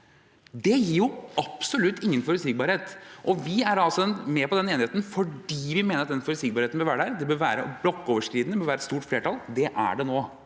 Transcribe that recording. Det gir absolutt ingen forutsigbarhet. Vi er med på den enigheten fordi vi mener den forutsigbarheten bør være der, den bør være blokkoverskridende, det bør være et stort flertall. Det er det nå.